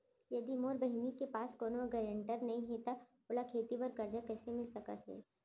यदि मोर बहिनी के पास कोनो गरेंटेटर नई हे त ओला खेती बर कर्जा कईसे मिल सकत हे?